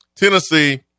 Tennessee